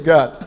God